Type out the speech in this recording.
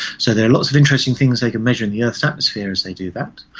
so there are lots of interesting things they can measure in the earth's atmosphere as they do that.